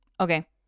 Okay